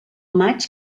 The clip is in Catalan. maig